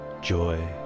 joy